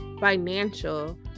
financial